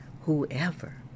whoever